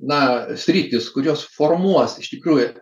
na sritys kurios formuos iš tikrųjų